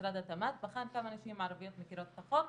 משרד התמ"ת בחן כמה נשים ערביות מכירות את החוק.